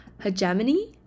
Hegemony